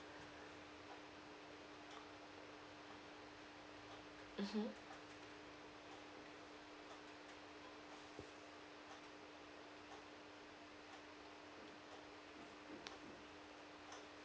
mmhmm